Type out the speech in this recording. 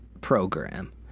program